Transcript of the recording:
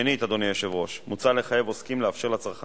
אי-אפשר.